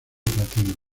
platino